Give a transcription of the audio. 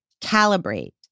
calibrate